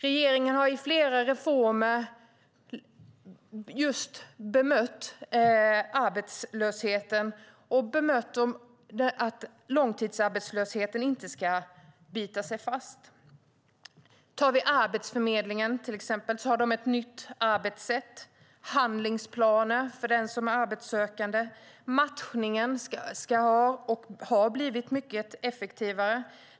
Regeringen har i flera reformer just bemött arbetslösheten och långtidsarbetslösheten, för att den inte ska bita sig fast. Arbetsförmedlingen har till exempel ett nytt arbetssätt. Det finns handlingsplaner för arbetssökande. Matchningen har blivit mycket effektivare.